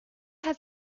had